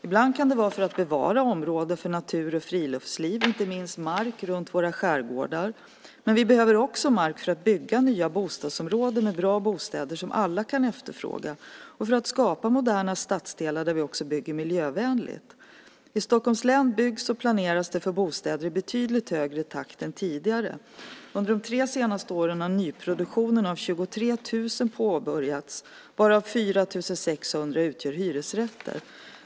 Ibland kan det vara för att bevara områden för natur och friluftsliv, inte minst mark runt våra skärgårdar. Men vi behöver också mark för att bygga nya bostadsområden med bra bostäder som alla kan efterfråga och för att skapa moderna stadsdelar där vi också bygger miljövänligt. I Stockholms län byggs och planeras det för bostäder i betydligt högre takt än tidigare. Under de tre senaste åren har nyproduktionen av 23 000 bostäder påbörjats, varav 4 600 utgör hyresrätter.